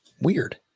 Weird